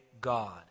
God